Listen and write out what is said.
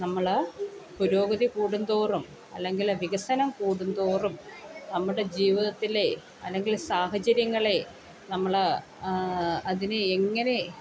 നമ്മൾ പുരോഗതി കൂടുംന്തോറും അല്ലെങ്കിൽ വികസനം കൂടുംന്തോറും നമ്മുടെ ജീവിതത്തിലെ അല്ലെങ്കിൽ സാഹചര്യങ്ങളെ നമ്മൾ അതിനെ എങ്ങനെ